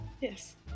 Yes